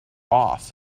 off